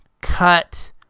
cut